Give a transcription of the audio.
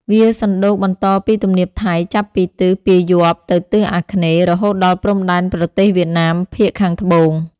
វាសណ្ដូកបន្តពីទំនាបថៃ ចាប់ពីទិសពាយ័ព្យទៅទិសអាគ្នេយ៍ រហូតដល់ព្រំដែនប្រទេសវៀតណាមភាគខាងត្បូង។